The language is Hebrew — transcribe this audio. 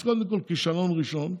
אז קודם כול, כישלון ראשון,